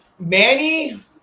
Manny